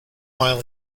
oil